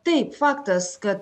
taip faktas kad